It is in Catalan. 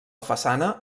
façana